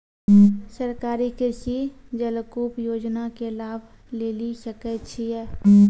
सरकारी कृषि जलकूप योजना के लाभ लेली सकै छिए?